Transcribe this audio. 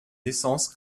essence